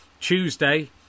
Tuesday